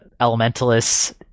elementalists